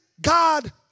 God